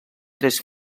tres